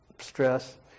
stress